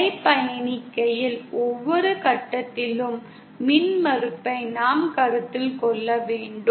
அலை பயணிக்கையில் ஒவ்வொரு கட்டத்திலும் மின்மறுப்பை நாம் கருத்தில் கொள்ள வேண்டும்